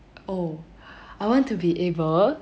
oh I want to be able